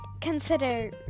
consider